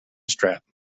strap